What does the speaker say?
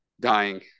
dying